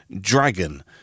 Dragon